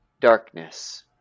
darkness